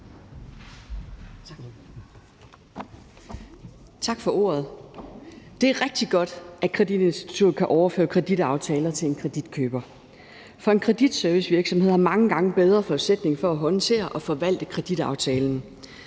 Tak for ordet. Det er rigtig godt, at et kreditinstitut kan overføre kreditaftaler til en kreditkøber, for en kreditservicevirksomhed har mange gange bedre forudsætninger for at håndtere og forvalte kreditaftalen.